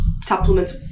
supplements